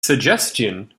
suggestion